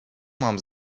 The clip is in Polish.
mam